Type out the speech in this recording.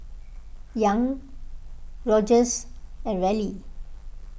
Young Rogers and Reilly